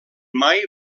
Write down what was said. mai